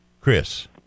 Chris